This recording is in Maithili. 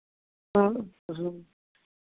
हँ हँ